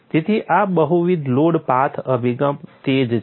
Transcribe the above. તેથી આ બહુવિધ લોડ પાથ અભિગમ તે જ છે